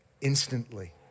instantly